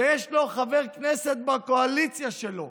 כשיש לו חבר כנסת בקואליציה שלו